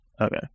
Okay